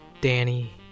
Danny